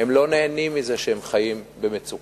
הם לא נהנים מזה שהם חיים במצוקה.